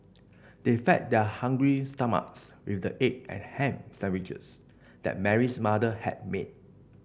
they fed their hungry stomachs with the egg and ham sandwiches that Mary's mother had made